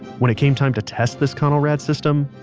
when it came time to test this conelrad system,